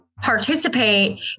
Participate